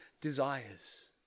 desires